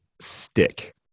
stick